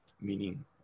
meaning